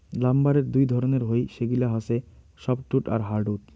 লাম্বারের দুই ধরণের হই, সেগিলা হসে সফ্টউড আর হার্ডউড